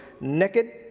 naked